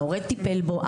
ההורה טיפל בו,